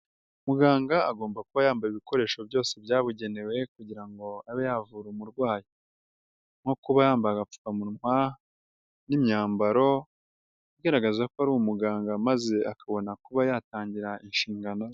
Muganga agomba kuba yambaye ibikoresho byose byabugenewe kugira ngo abe yavura umurwayi nko kuba yambaye agapfukamunwa n'imyambaro igaragaza ko ari umuganga maze akabona kuba yatangira inshingano ze.